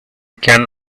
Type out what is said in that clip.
can